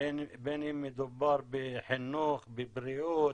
בין אם מדובר בחינוך, בבריאות,